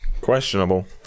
Questionable